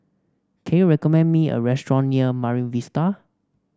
can you recommend me a restaurant near Marine Vista